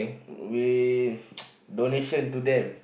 we donation to them